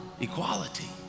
equality